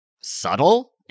subtle